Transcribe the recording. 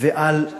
ועל אחדים,